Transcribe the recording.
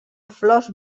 flors